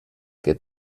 que